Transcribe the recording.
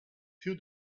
fill